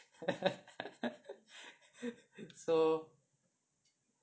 so